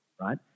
right